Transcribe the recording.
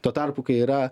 tuo tarpu kai yra